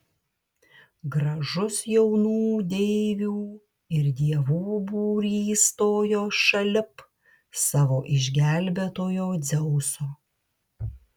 gražus jaunų deivių ir dievų būrys stojo šalip savo išgelbėtojo dzeuso